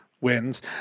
wins